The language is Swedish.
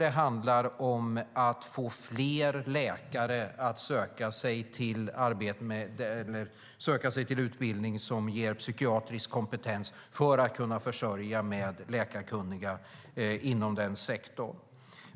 Det handlar om att få fler läkare att söka sig till utbildning som ger psykiatrisk kompetens för att man ska kunna försörja vården med läkare som är kunniga inom den sektorn.